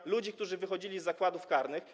To ludzie, którzy wychodzili z zakładów karnych.